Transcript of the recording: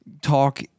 talk